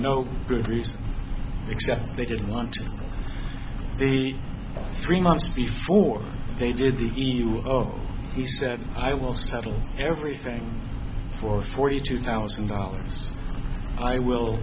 no good reason except they didn't want to do the three months before they did the e u oh he said i will settle everything for forty two thousand dollars i will